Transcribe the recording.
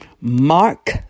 Mark